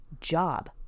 job